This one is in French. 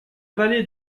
vallée